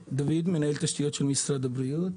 שמי דוד שמש, מנהל תשתיות של משרד הבריאות.